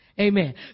Amen